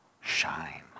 shine